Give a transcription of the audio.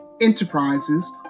Enterprises